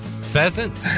Pheasant